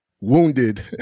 wounded